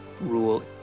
rule